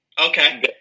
Okay